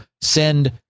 send